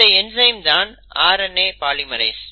இந்த என்சைம் தான் RNA polymerase